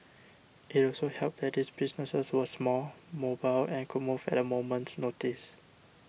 it also helped that these businesses were small mobile and could move at a moment's notice